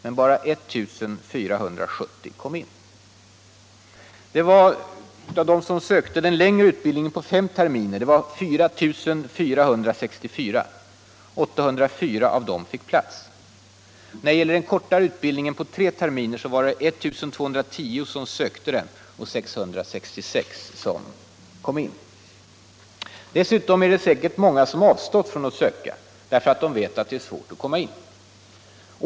Men bara 1470 kom in. Dessutom är det säkert många som avstått från att söka därför att de vet att det är svårt att komma in.